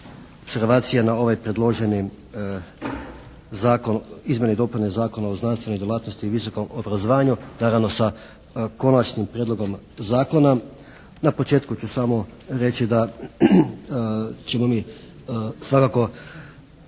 na ovaj predloženi zakon, izmjene i dopune Zakona o znanstvenoj djelatnosti i visokom obrazovanju naravno sa Konačnim prijedlogom zakona. Na početku ću samo reći da ćemo mi svakako